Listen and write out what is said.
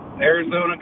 Arizona